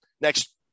next